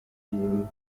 being